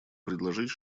предложить